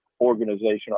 organization